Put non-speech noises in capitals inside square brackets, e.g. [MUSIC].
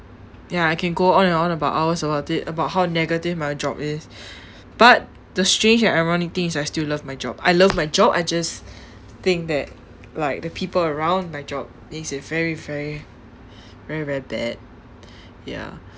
ya I can go on and on about hours about it about how negative my job is [BREATH] but the strange that ironically is I still love my job I love my job I just think that like the people around my job makes it very very very very bad ya